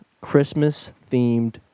Christmas-themed